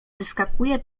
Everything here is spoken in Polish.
wyskakuje